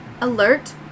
Alert